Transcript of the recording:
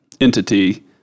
entity